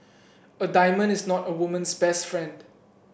a diamond is not a woman's best friend